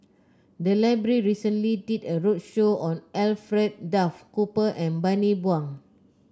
the library recently did a roadshow on Alfred Duff Cooper and Bani Buang